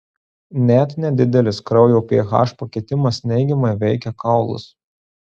net nedidelis kraujo ph pakitimas neigiamai veikia kaulus